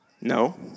No